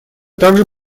также